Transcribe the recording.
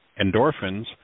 endorphins